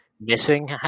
missing